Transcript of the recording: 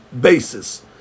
basis